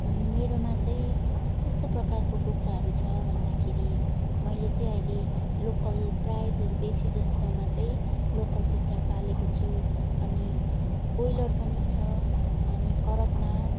मेरोमा चाहिँ कस्तो प्रकारको कुखुराहरू छ भन्दाखेरि मैले चाहिँ अहिले लोकल प्रायः बेसी जस्तोमा चाहिँ लोकल कुखुरा पालेको छु अनि कोइलर पनि छ अनि करकनाथ